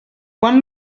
quan